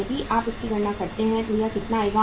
यदि आप इसकी गणना करते हैं तो यह कितना आएगा